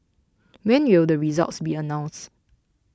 when will the results be announced